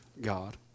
God